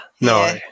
no